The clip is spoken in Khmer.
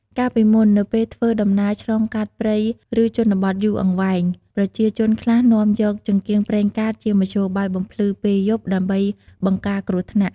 កាលពីមុន នៅពេលធ្វើដំណើរឆ្លងកាត់ព្រៃឬជនបទយូរអង្វែង ប្រជាជនខ្លះនាំយក ចង្កៀងប្រេងកាតជាមធ្យោបាយបំភ្លឺពេលយប់ ដើម្បីបង្ការគ្រោះថ្នាក់។